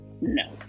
no